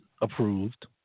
approved